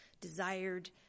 desired